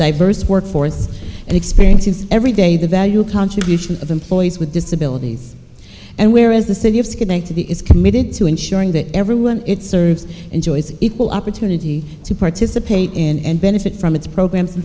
diverse workforce and experiences every day the value contribution of employees with disabilities and where is the city of schenectady is committed to ensuring that everyone it serves enjoys equal opportunity to participate in and benefit from its program